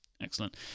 Excellent